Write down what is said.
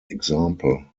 example